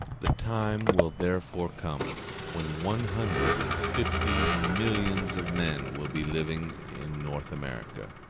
the time will therefore come when one hundred and fifty millions of men will be living in north america,